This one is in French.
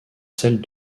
celles